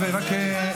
אותו דבר כולכם.